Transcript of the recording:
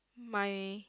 my